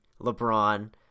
LeBron